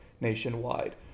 nationwide